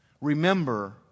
Remember